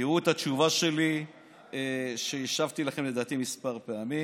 תראו את התשובה שלי שלדעתי השבתי לכם כמה פעמים.